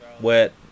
wet